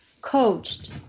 coached